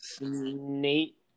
Nate